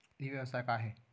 ई व्यवसाय का हे?